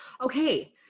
Okay